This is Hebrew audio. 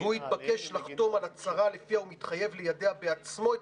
והוא יתבקש לחתום על הצהרה לפיה הוא מתחייב ליידע בעצמו את